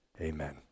amen